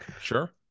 Sure